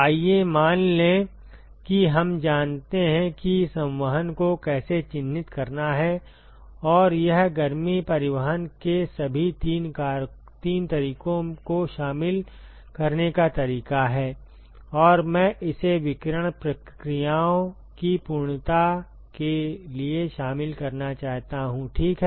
आइए मान लें कि हम जानते हैं कि संवहन को कैसे चिह्नित करना है और यह गर्मी परिवहन के सभी तीन तरीकों को शामिल करने का तरीका है और मैं इसे विकिरण प्रक्रियाओं की पूर्णता के लिए शामिल करना चाहता हूं ठीक है